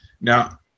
Now